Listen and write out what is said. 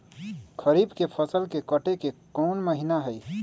खरीफ के फसल के कटे के कोंन महिना हई?